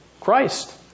Christ